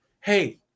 hey